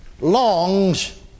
longs